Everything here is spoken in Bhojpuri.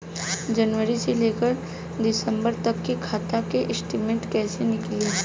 जनवरी से लेकर दिसंबर तक के खाता के स्टेटमेंट कइसे निकलि?